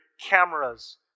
cameras